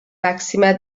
màxima